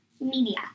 media